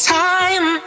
time